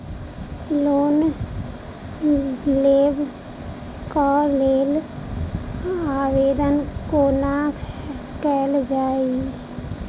Loan लेबऽ कऽ लेल आवेदन कोना कैल जाइया?